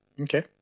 Okay